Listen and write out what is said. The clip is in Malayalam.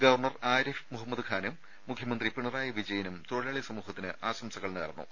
ഗവർണർ ആരിഫ് മുഹമ്മദ് ഖാനും മുഖ്യമന്ത്രി പിണറായി വിജയനും തൊഴിലാളി സമൂഹത്തിന് ആശംസകൾ നേർന്നു